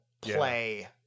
play